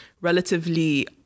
relatively